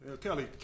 Kelly